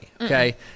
okay